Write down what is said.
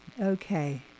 okay